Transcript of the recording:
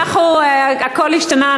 הכול השתנה,